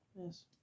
yes